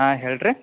ಹಾಂ ಹೇಳಿರಿ